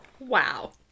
Wow